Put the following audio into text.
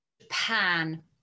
japan